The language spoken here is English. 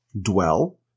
dwell